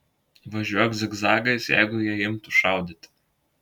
važiuok zigzagais jeigu jie imtų šaudyti